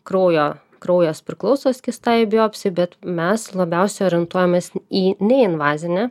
kraujo kraujas priklauso skystajai biopsijai bet mes labiausiai orientuojamės į neinvazinę